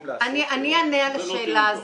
אני אענה על השאלה הזאת.